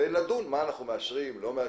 ונדון מה אנחנו מאשרים ומה לא.